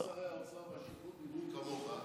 כל שרי האוצר והשיכון דיברו כמוך,